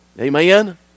Amen